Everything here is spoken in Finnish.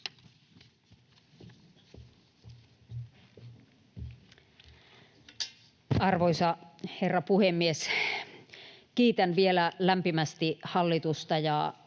Arvoisa herra puhemies! Kiitän vielä lämpimästi hallitusta